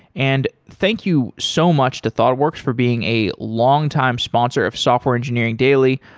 and thank you so much to thoughtworks for being a longtime sponsor of software engineering daily.